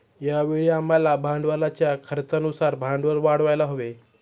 यावेळी आपल्याला भांडवलाच्या खर्चानुसार भांडवल वाढवायला हवे